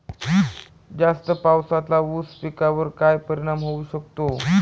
जास्त पावसाचा ऊस पिकावर काय परिणाम होऊ शकतो?